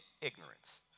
ignorance